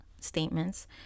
statements